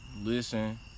Listen